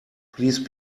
please